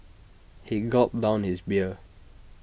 he gulped down his beer